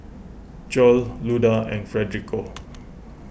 Joel Luda and Federico